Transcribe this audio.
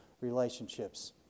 relationships